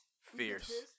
Fierce